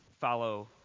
follow